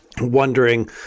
wondering